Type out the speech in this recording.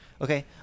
Okay